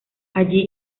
allí